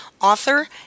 author